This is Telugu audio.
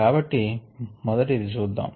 కాబట్టి మొదట ఇది చూద్దాము